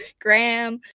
Graham